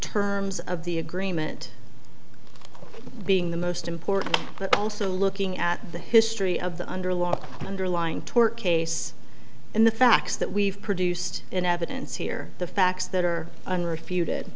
terms of the agreement being the most important but also looking at the history of the under law and underlying tort case and the facts that we've produced in evidence here the facts that are on refuted